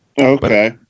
Okay